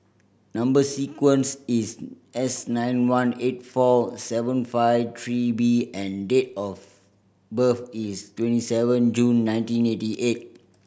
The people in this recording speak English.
number sequence is S nine one eight four seven five three B and date of birth is twenty seven June nineteen eighty eight